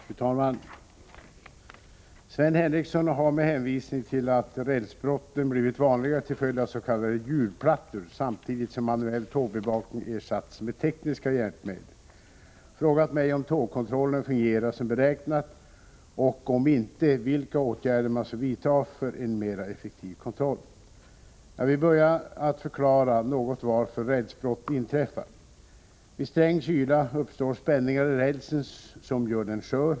Fru talman! Sven Henricsson har med hänvisning till att rälsbrotten blivit vanligare till följd av s.k. hjulplattor samtidigt som manuell tågbevakning ersatts med tekniska hjälpmedel frågat mig om tågkontrollen fungerar som beräknat och, om inte, vilka åtgärder man skall vidtaga för en mera effektiv kontroll. Jag vill börja med att förklara något varför rälsbrott inträffar. Vid sträng kyla uppstår spänningar i rälsen som gör den skör.